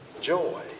joy